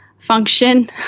function